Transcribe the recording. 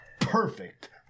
perfect